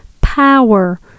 power